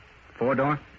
Four-door